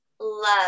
love